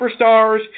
superstars